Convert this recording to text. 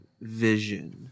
vision